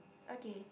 okay